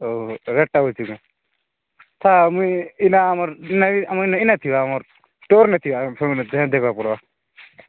ଓଃ ରେଟ୍ଟା ବୁଝୁଥିଲ ତ ମୁଇଁ ଇନା ଆମର ନାଇଁ ଆମ ନେ ଇନେ ନ ଥିବା ଆମର୍ ଷ୍ଟୋର୍ନେ ଥିବାର୍ ପଡ଼ିବ